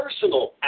personal